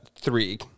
three